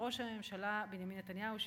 לראש הממשלה בנימין נתניהו,